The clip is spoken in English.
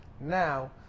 Now